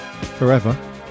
Forever